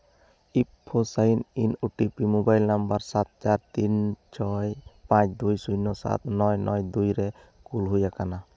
ᱤᱯᱷᱳ sign in O T P mobile number ᱥᱟᱛ ᱪᱟᱨ ᱛᱤᱱ ᱪᱷᱚᱭ ᱯᱟᱸᱪ ᱫᱩᱭ ᱥᱩᱱᱱᱚ ᱥᱟᱛ ᱱᱚᱭ ᱱᱚᱭ ᱫᱩᱭ ᱨᱮ ᱠᱩᱞ ᱦᱩᱭ ᱟᱠᱟᱱᱟ